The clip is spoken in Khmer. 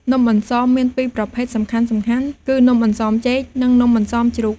នំអន្សមមានពីរប្រភេទសំខាន់ៗគឺ នំអន្សមចេក និង នំអន្សមជ្រូក។